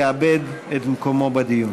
יאבד את מקומו בדיון.